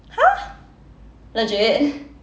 !huh! legit